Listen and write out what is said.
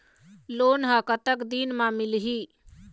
Loan ह कतक दिन मा मिलही?